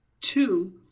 Two